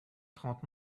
trente